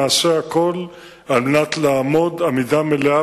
נעשה הכול על מנת לעמוד עמידה מלאה